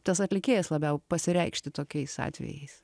tas atlikėjas labiau pasireikšti tokiais atvejais